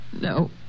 No